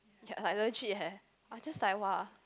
ya like legit leh I just like !wah!